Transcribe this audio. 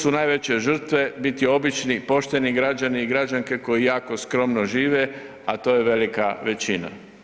Tu su najveće žrtve biti obični, pošteni građani i građanke koji jako skromno žive a to je velika većina.